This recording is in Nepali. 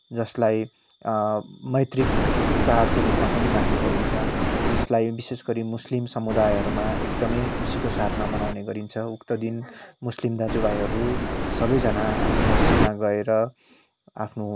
जसलाई मैत्रिक चाडको रुपमा पनि मान्ने गरिन्छ यसलाई विशेषगरि मुस्लिम समुदायहरूमा एकदमै खुसीको साथमा मनाउने गरिन्छ उक्त दिन मुस्लिम दाजु भाइहरू सबैजना मस्जिदमा गएर आफ्नो